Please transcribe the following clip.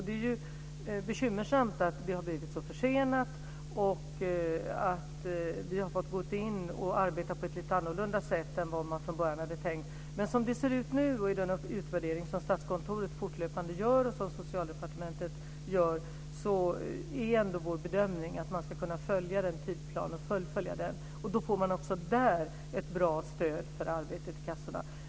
Det är bekymmersamt att det har blivit så försenat och att vi har fått gå in och arbeta på ett lite annorlunda sätt än man från början hade tänkt. Men som det ser ut nu och i den utvärdering som Statskontoret och Socialdepartementet fortlöpande gör är ändå vår bedömning att man ska kunna följa tidsplanen och fullfölja detta program. Då får man också där ett bra stöd för arbetet i kassorna.